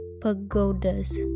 pagodas